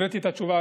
הקראתי את התשובה,